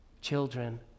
Children